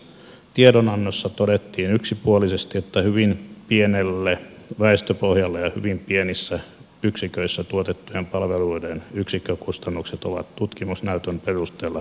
tiedonannossa todettiin yksipuolisesti että hyvin pienelle väestöpohjalle ja hyvin pienissä yksiköissä tuotettujen palveluiden yksikkökustannukset ovat tutkimusnäytön perusteella yleensä korkeita